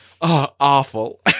awful